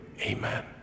Amen